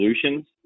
solutions